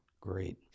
Great